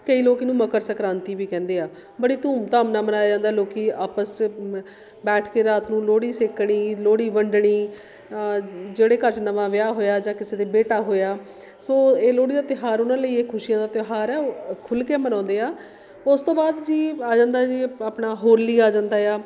ਅਤੇ ਲੋਕ ਇਹਨੂੰ ਮਕਰ ਸੰਕ੍ਰਾਂਤੀ ਵੀ ਕਹਿੰਦੇ ਆ ਬੜੀ ਧੂਮ ਧਾਮ ਨਾਲ ਮਨਾਇਆ ਜਾਂਦਾ ਲੋਕੀਂ ਆਪਸ 'ਚ ਬੈਠ ਕੇ ਰਾਤ ਨੂੰ ਲੋਹੜੀ ਸੇਕਣੀ ਲੋਹੜੀ ਵੰਡਣੀ ਜਿਹੜੇ ਘਰ 'ਚ ਨਵਾਂ ਵਿਆਹ ਹੋਇਆ ਜਾਂ ਕਿਸੇ ਦੇ ਬੇਟਾ ਹੋਇਆ ਸੋ ਇਹ ਲੋਹੜੀ ਦਾ ਤਿਉਹਾਰ ਉਹਨਾਂ ਲਈ ਇਹ ਖੁਸ਼ੀਆਂ ਦਾ ਤਿਉਹਾਰ ਆ ਉਹ ਖੁੱਲ ਕੇ ਮਨਾਉਂਦੇ ਆ ਉਸ ਤੋਂ ਬਾਅਦ ਜੀ ਆ ਜਾਂਦਾ ਜੀ ਆਪਣਾ ਹੋਲੀ ਆ ਜਾਂਦਾ ਏ ਆ